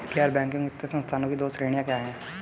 गैर बैंकिंग वित्तीय संस्थानों की दो श्रेणियाँ क्या हैं?